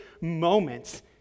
moments